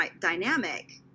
dynamic